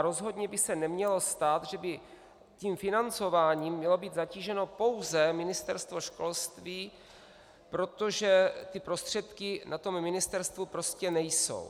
Rozhodně by se nemělo stát, že by tím financováním mělo být zatíženo pouze Ministerstvo školství, protože ty prostředky na ministerstvu prostě nejsou.